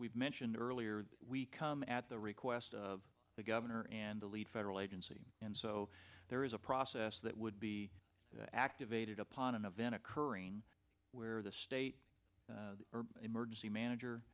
we've mentioned earlier we come at the request of the governor and the lead federal agency and so there is a process that would be activated upon an event occurring where the state emergency